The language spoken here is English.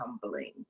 humbling